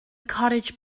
cottage